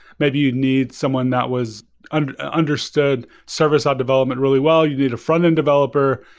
maybe you need someone that was and understood, server-side development really well, you need a front-end developer.